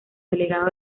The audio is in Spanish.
delegados